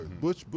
Butch